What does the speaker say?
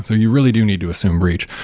so you really do need to assume breach.